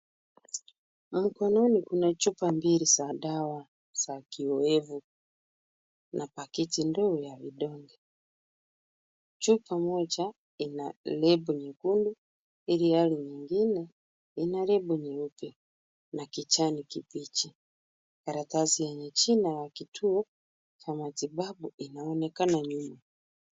Mkononi kuna chupa mbili za dawa za kiowevu. Chupa moja ina label nyekundu ilhali nyingine ina label nyuepe na kijani kibichi. Karatasi yenye jina la kituo cha matibabu inaonekana nyuma.